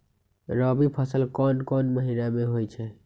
रबी फसल कोंन कोंन महिना में होइ छइ?